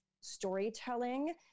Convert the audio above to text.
storytelling